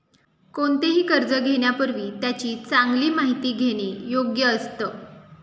कोणतेही कर्ज घेण्यापूर्वी त्याची चांगली माहिती घेणे योग्य असतं